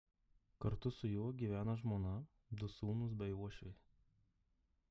kartu su juo gyvena žmona du sūnūs bei uošvė